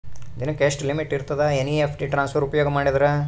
ದಿನಕ್ಕ ಎಷ್ಟ ಲಿಮಿಟ್ ಇರತದ ಎನ್.ಇ.ಎಫ್.ಟಿ ಟ್ರಾನ್ಸಫರ್ ಉಪಯೋಗ ಮಾಡಿದರ?